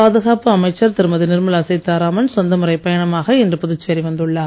பாதுகாப்பு அமைச்சர் திருமதி நிர்மலா சீதாராமன் சொந்த முறைப் பயணமாக இன்று புதுச்சேரி வந்துள்ளார்